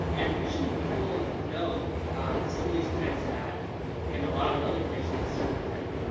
and usually people know some of these plants that in a lot of other places is sort of like,